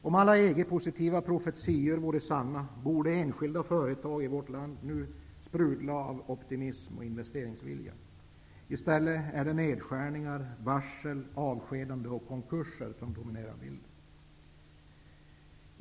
Om alla EG-positiva profetior vore sanna, borde enskilda företag nu sprudla av optimism och investeringsvilja. I stället är det nedskärningar, varsel, avskedanden och konkurser som dominerar bilden.